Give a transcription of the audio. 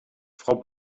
frau